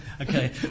Okay